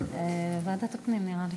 ועדת הפנים, נראה לי.